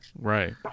right